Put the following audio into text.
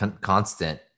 constant